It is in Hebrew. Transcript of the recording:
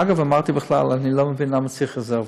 אגב, אמרתי, בכלל אני לא מבין למה צריך רזרבות.